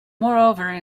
moreover